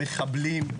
מחבלים,